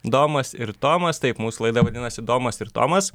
domas ir tomas taip mūsų laida vadinasi domas ir tomas